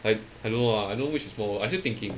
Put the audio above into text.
I I don't know ah I know which is more worth I still thinking